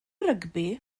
rygbi